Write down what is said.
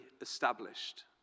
established